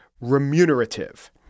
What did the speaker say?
remunerative